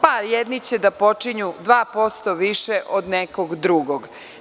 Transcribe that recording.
Pa, jedni će da počinju 2% više od nekog drugog.